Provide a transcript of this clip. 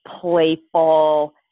playful